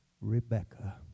rebecca